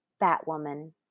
Batwoman